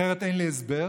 אחרת אין לי הסבר